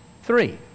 three